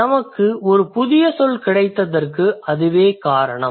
நமக்கு ஒரு புதிய சொல் கிடைத்ததற்கு அதுவே காரணம்